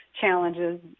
challenges